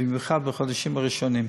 ובמיוחד בחודשים הראשונים.